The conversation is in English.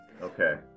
Okay